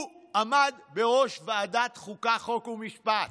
הוא עמד בראש ועדת חוקה, חוק ומשפט.